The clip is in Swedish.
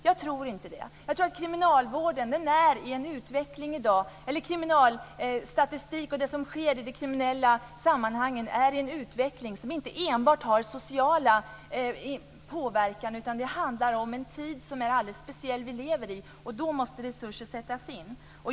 Jag tror att kriminalstatistiken och det som sker i de kriminella sammanhangen är steg i en utveckling som inte enbart har social påverkan. Det handlar i stället om att vi lever i en tid som är alldeles speciell. Därför måste resurser sättas in.